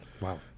Wow